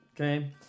okay